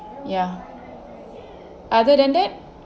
ya other than that